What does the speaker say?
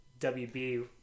WB